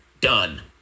Done